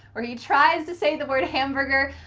where he tries to say the word hamburger.